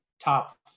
top